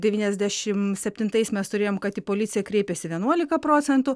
devyniasdešim septintais mes turėjom kad į policiją kreipėsi vienuolika procentų